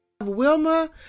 Wilma